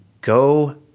Go